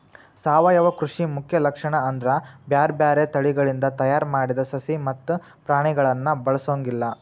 ಸಾವಯವ ಕೃಷಿ ಮುಖ್ಯ ಲಕ್ಷಣ ಅಂದ್ರ ಬ್ಯಾರ್ಬ್ಯಾರೇ ತಳಿಗಳಿಂದ ತಯಾರ್ ಮಾಡಿದ ಸಸಿ ಮತ್ತ ಪ್ರಾಣಿಗಳನ್ನ ಬಳಸೊಂಗಿಲ್ಲ